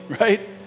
right